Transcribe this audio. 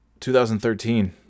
2013